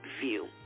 View